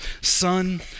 son